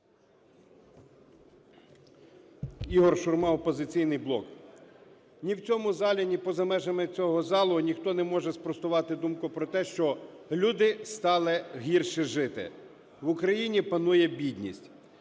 Ігор Шурма, "Опозиційний блок". Ні в цьому залі, ні поза межами цього залу ніхто не може спростувати думку про те, що люди стали гірше жити. В Україні панує бідність.